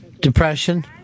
Depression